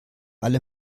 alle